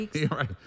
Right